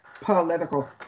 political